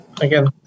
again